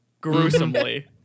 gruesomely